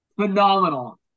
Phenomenal